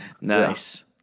Nice